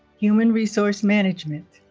human resource management,